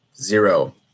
zero